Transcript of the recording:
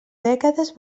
dècades